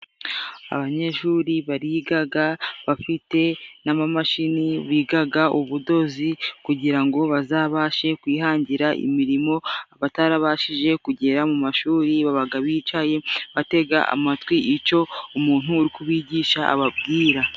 Abanyeshuri barigaga bafite n'amamashini, bigaga ubudozi kugira ngo bazabashe kwihangira imirimo, abatarabashije kugera mu mashuri, babaga bicaye batega amatwi icyo umuntu uri kubigisha ababwira.